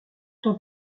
tant